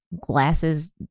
glasses